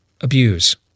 Abuse